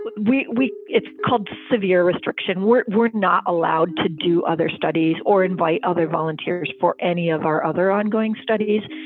we we it's called severe restriction. we're we're not allowed to do other studies or invite other volunteers for any of our other ongoing studies.